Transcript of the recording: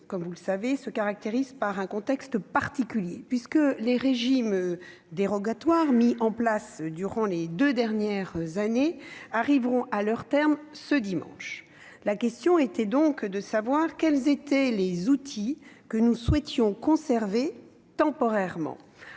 ce projet de loi se caractérise par un contexte particulier, puisque les régimes dérogatoires mis en place ces deux dernières années arriveront à leur terme ce dimanche. La question était donc de savoir quels outils nous souhaitions conserver temporairement.